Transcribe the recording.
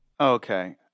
Okay